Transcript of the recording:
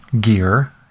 gear